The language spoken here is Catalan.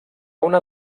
una